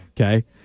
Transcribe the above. Okay